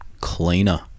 cleaner